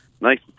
nice